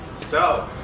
so,